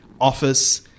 office